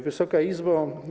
Wysoka Izbo!